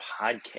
podcast